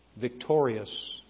Victorious